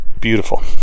beautiful